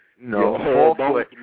No